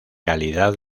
calidad